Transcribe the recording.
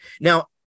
now